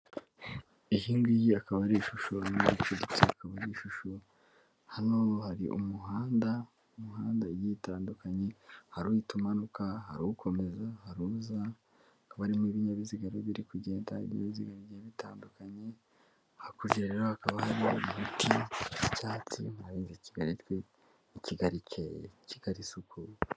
Iyi ngiyi akaba ari ishusho icuritse , akaba ari ishusho hano hari umuhanda wumuhanda igi itandukanye hari uhita umanuka hariwukomeza harizabamo'ibinyabiziga biri kugendainziga bitandukanye hakurerera hakaba hari umuti w'icyatsi nkahin Kigali ikeye Kigali isukuye.